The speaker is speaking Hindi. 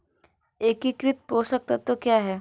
एकीकृत पोषक तत्व क्या है?